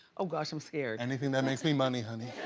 oh, gosh, i'm scared. anything that makes me money, honey.